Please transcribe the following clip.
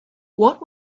what